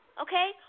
okay